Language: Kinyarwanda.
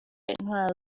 intwaro